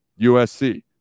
usc